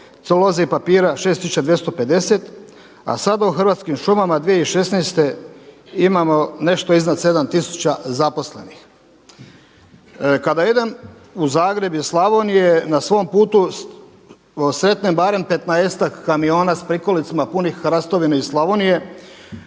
celuloze i papira 6250 a sada u Hrvatskim šumama 2016. imamo nešto iznad 7000 zaposlenih. Kada idem u Zagreb iz Slavonije na svom putu sretnem barem petnaestak kamiona sa prikolicama punih hrastovine iz Slavonije,